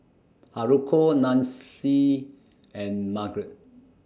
Haruko Nancy and Margrett